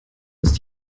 ist